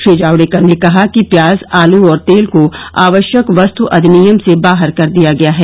श्री जावड़ेकर ने कहा कि प्याज आलू और तेल को आवश्यक वस्तु अधिनियम से बाहर कर दिया गया है